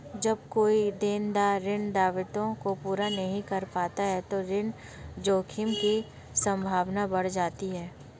जब कोई देनदार ऋण दायित्वों को पूरा नहीं कर पाता तो ऋण जोखिम की संभावना बढ़ जाती है